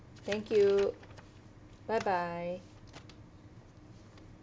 thank you bye bye